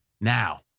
Now